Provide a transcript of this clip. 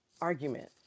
argument